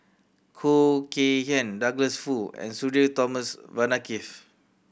Khoo Kay Hian Douglas Foo and Sudhir Thomas Vadaketh